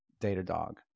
Datadog